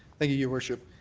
thank you, your worship.